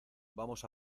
vamos